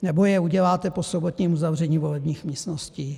Nebo je uděláte po sobotním uzavření volebních místností?